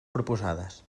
proposades